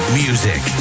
music